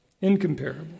Incomparable